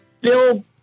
Bill